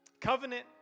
Covenant